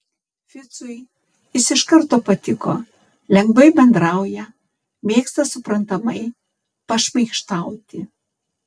ficui jis iš karto patiko lengvai bendrauja mėgsta suprantamai pašmaikštauti